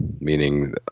meaning